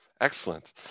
Excellent